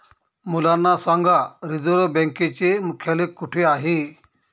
मुलांना सांगा रिझर्व्ह बँकेचे मुख्यालय कुठे आहे